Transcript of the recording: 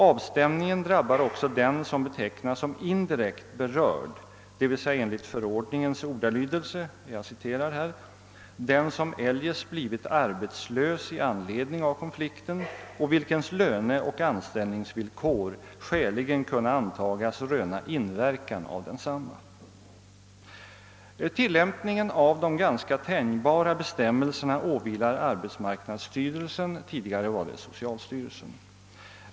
Avstängningen drabbar också den som betecknas som indirekt berörd, d. v. s. enligt förordningens ordalydelse »den, som eljest blivit arbetslös i anledning av konflikten och vilkens löneoch anställningsvillkor skäligen kunna antagas röna inverkan av densamma». Tillämpningen av de ganska tänjbara bestämmelserna åvilar arbetsmarknadsstyrelsen, tidigare socialstyrelsen.